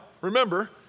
remember